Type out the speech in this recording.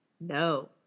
No